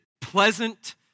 pleasant